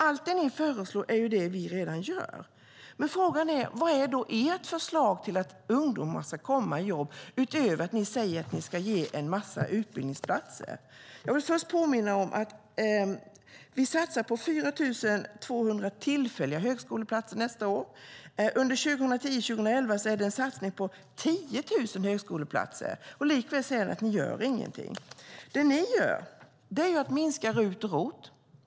Allt det ni föreslår är det vi redan gör. Frågan är: Vad är då ert förslag till att ungdomar ska komma i jobb, utöver att ni säger att ni ska ge en massa utbildningsplatser? Jag vill påminna om att vi satsar på 4 200 tillfälliga högskoleplatser nästa år. Under 2010-2011 är det en satsning på 10 000 högskoleplatser. Likväl säger ni att vi ingenting gör. Det ni gör är att minska RUT och ROT.